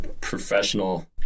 professional